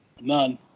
None